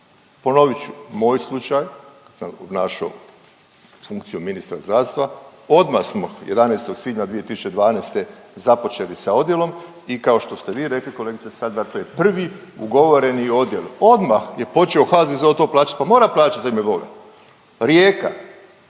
Ponovit ću, moj slučaj kad sam obnašao funkciju ministra zdravstva odmah smo 11. svibnja 2012. započeli sa odjelom i kao što ste vi rekli kolegice …/Govornik se ne razumije./… to je prvi ugovoreni odjel, odmah je počeo HZZO to plaćat, pa mora plaćat za ime Boga. Rijeka,